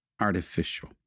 artificial